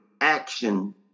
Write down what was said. action